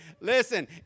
Listen